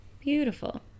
Beautiful